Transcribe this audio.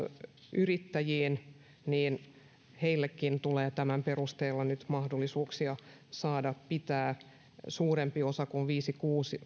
yrittäjiin niin heillekin tulee tämän perusteella nyt mahdollisuuksia saada pitää suurempi osa kuin viisi